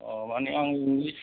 औ मानि आं इंलिस